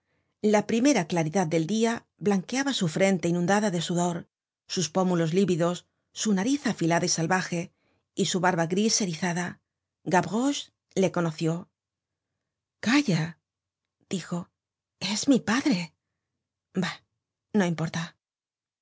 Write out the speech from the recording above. la primera claridad del dia blanqueaba su frente inundada de sudor sus pómulos lívidos su nariz afilada y salvaje y su barba gris erizada gavroche le conoció calla dijo es mi padre bah no importa